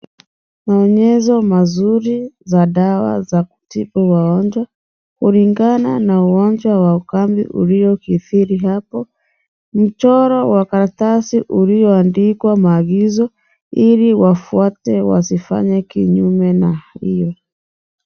Maonyesho mazuri za dawa za kutibu magonjwa kulingana na ugonjwa wa ukambi uliyo sitiri hapo. Mchoro wa karatasi iliyoandikwa maagizo iko wafuate wasifanye kinyume na hiyo.